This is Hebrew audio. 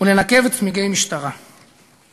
ולנקב צמיגי מכוניות משטרה.